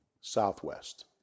southwest